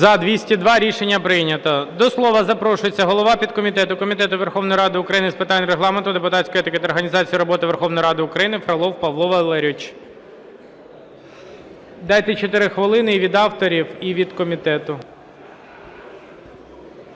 За-202 Рішення прийнято. До слова запрошується голова підкомітету Комітету Верховної Ради України з питань Регламенту, депутатської етики та організації роботи Верховної Ради України Фролов Павло Валерійович. Дайте чотири хвилини: від авторів і від комітету.